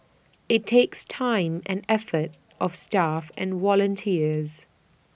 IT takes time and effort of staff and volunteers